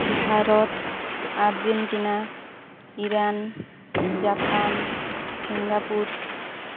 Bharat Argentina Iran Japan Singapore